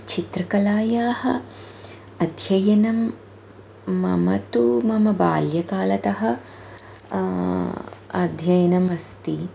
चित्रकलायाः अध्ययनं मम तु मम बाल्यकालात् अध्ययनम् अस्ति